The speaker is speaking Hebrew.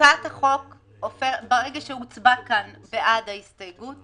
ברגע שהוצבע בעד ההסתייגות,